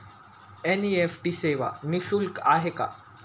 NEFT सेवा निःशुल्क आहे का?